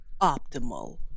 optimal